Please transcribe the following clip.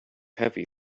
heavy